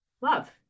love